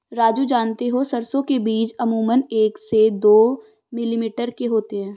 राजू जानते हो सरसों के बीज अमूमन एक से दो मिलीमीटर के होते हैं